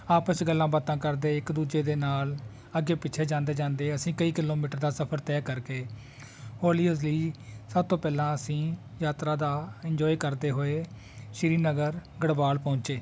ਆਪਸ 'ਚ ਗੱਲਾਂ ਬਾਤਾਂ ਕਰਦੇ ਇੱਕ ਦੂਜੇ ਦੇ ਨਾਲ ਅੱਗੇ ਪਿੱਛੇ ਜਾਂਦੇ ਜਾਂਦੇ ਅਸੀਂ ਕਈ ਕਿਲੋਮੀਟਰ ਦਾ ਸਫ਼ਰ ਤੈਅ ਕਰ ਗਏ ਹੌਲੀ ਹੌਲੀ ਸਭ ਤੋਂ ਪਹਿਲਾਂ ਅਸੀਂ ਯਾਤਰਾ ਦਾ ਇੰਨਜੋਏ ਕਰਦੇ ਹੋਏ ਸ਼੍ਰੀਨਗਰ ਗੜਵਾਲ ਪਹੁੰਚੇ